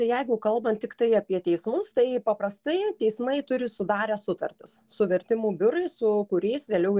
tai jeigu kalbant tiktai apie teismus tai paprastai teismai turi sudarę sutartis su vertimų biurais su kuriais vėliau ir